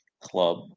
club